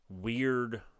weird